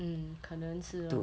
mm 可能是 lor